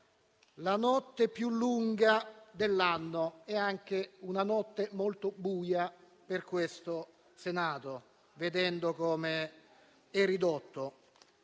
la notte più lunga dell'anno e anche molto buia per il Senato, vedendo come è ridotto.